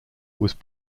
was